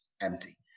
empty